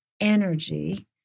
energy